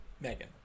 Megan